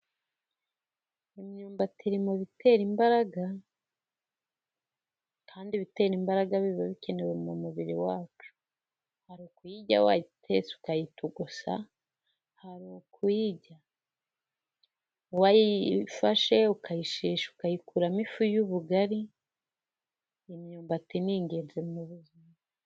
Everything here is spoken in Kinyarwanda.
Imyumbati iri mu bitera imbaraga, kandi ibitera imbaraga biba bikenewe mu mubiri wacu, hari ukuyirya wayitse ukayitogosa gusa, hari ukuyirya wayifashe ukayishesha ukayikuramo ifu y'ubugari, imyumbati ni ingenzi mu buzima.